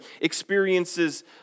experiences